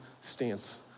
stance